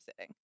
sitting